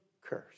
curse